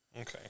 Okay